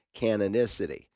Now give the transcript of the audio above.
canonicity